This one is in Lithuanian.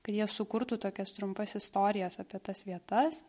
kad jie sukurtų tokias trumpas istorijas apie tas vietas